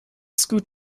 scoot